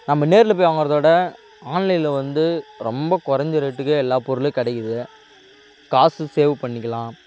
நம்ம நேரில் போய் வாங்குகிறதோட ஆன்லைனில் வந்து ரொம்ப கொறைஞ்ச ரேட்டுக்கே எல்லா பொருளும் கிடைக்கிது காசு சேவ் பண்ணிக்கலாம்